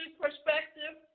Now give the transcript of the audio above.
perspective